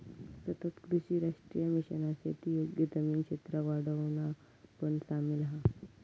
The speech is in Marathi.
सतत कृषी राष्ट्रीय मिशनात शेती योग्य जमीन क्षेत्राक वाढवणा पण सामिल हा